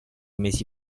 mesi